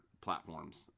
platforms